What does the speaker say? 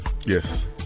Yes